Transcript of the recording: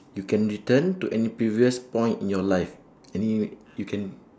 you can return to any previous point in your life any you can